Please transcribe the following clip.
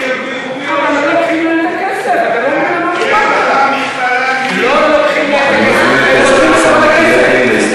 לא לוקחים מהם את הכסף.